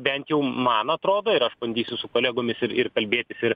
bent jau man atrodo ir aš bandysiu su kolegomis ir ir kalbėtis ir